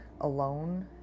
alone